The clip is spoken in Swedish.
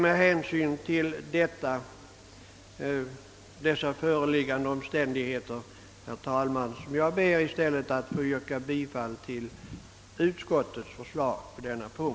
Med hänsyn till ovan nämnda omständigheter, herr talman, ber jag att få yrka bifall till utskottets hemställan.